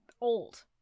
old